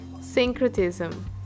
syncretism